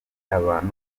abantu